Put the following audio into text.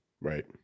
right